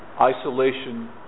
isolation